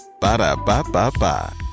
Ba-da-ba-ba-ba